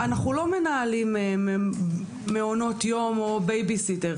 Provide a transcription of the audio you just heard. אנחנו לא מנהלים מעונות יום או בייבי-סיטר.